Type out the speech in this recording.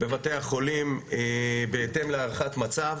בבתי החולים בהתאם להערכת מצב.